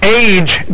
age